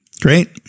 Great